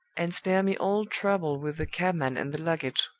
and spare me all trouble with the cabman and the luggage.